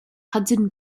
hudson